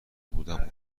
بودم